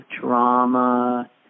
drama